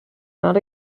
not